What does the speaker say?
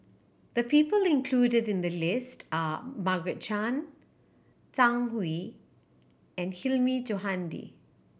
the people included in the list are Margaret Chan Zhang Hui and Hilmi Johandi